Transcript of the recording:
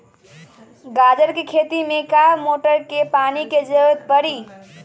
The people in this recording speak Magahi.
गाजर के खेती में का मोटर के पानी के ज़रूरत परी?